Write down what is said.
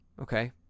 Okay